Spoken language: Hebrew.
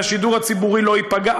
והשידור הציבורי לא ייפגע,